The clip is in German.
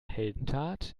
heldentat